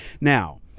now